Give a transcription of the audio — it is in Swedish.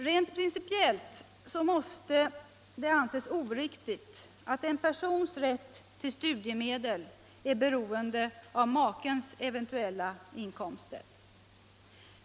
Rent principiellt måste det anses oriktigt att en persons rätt till studiemedel är beroende av makens eventuella inkomster.